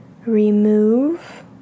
Remove